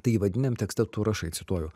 tai įvadiniam tekste tu rašai cituoju